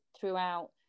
throughout